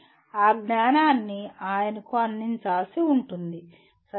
ఆ జ్ఞానాన్ని ఆయనకు అందించాల్సి ఉంటుంది సరేనా